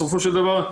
בסופו של דבר,